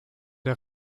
der